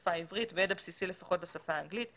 בשפה העברית וידע בסיסי לפחות בשפה האנגלית,